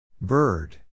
Bird